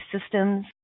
systems